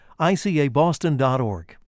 ICABoston.org